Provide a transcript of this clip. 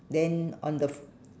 then on the fl~